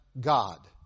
God